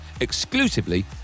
exclusively